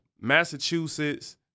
Massachusetts